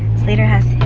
slater has